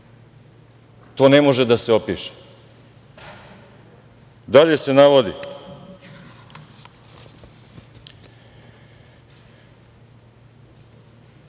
To ne može da se opiše. Dalje se navodi